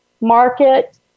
market